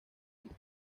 quito